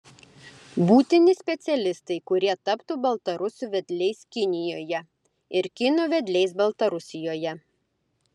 būtini specialistai kurie taptų baltarusių vedliais kinijoje ir kinų vedliais baltarusijoje